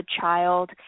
child